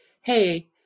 hey